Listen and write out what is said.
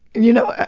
y'know,